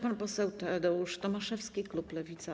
Pan poseł Tadeusz Tomaszewski, klub Lewica.